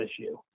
issue